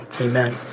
Amen